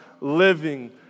living